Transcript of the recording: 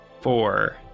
Four